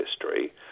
history